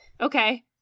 okay